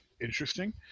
interesting